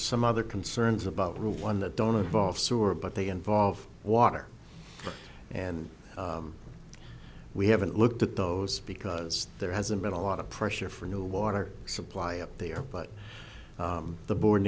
some other concerns about room one that don't involve sora but they involve water and we haven't looked at those because there hasn't been a lot of pressure for a new water supply up there but the board